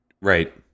Right